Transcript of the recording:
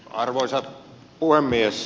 arvoisa puhemies